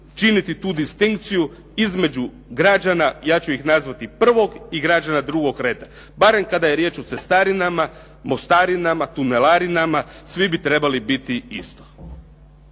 činiti tu distinkciju između građana ja ću ih nazvati prvog i građana drugog reda barem kada je riječ o cestarinama, mostarinama, tunelarinama, svi bi trebali biti isto.